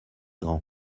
grand